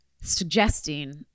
suggesting